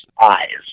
eyes